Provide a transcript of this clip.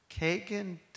Kagan